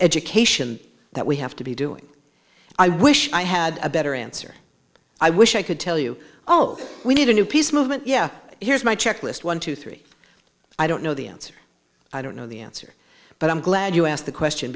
education that we have to be doing i wish i had a better answer i wish i could tell you oh we need a new peace movement yeah here's my checklist one two three i don't know the answer i don't know the answer but i'm glad you asked the question